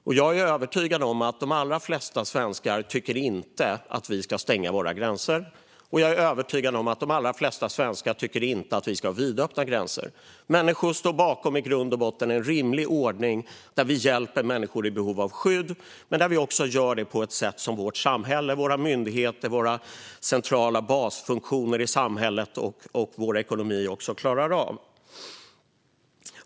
Jag är också övertygad om att de allra flesta svenskar inte tycker att vi ska stänga våra gränser och att de allra flesta svenskar inte tycker att vi ska ha vidöppna gränser. Människor står i grund och botten bakom en rimlig ordning där vi hjälper människor i behov av skydd, men att vi gör det på ett sätt som vårt samhälle, våra myndigheter, våra centrala basfunktioner i samhället och vår ekonomi klarar av.